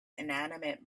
inanimate